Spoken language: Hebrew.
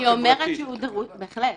בהחלט.